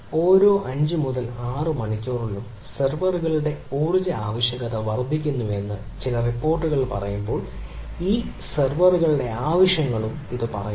ഓരോ 5 മുതൽ 6 മണിക്കൂറിലും സെർവറുകളുടെ ഊർജ്ജ ആവശ്യകത വർദ്ധിക്കുന്നുവെന്ന് ചില റിപ്പോർട്ടുകൾ പറയുമ്പോൾ ഈ സെർവറുകളുടെ ആവശ്യങ്ങളും ഇത് പറയുന്നു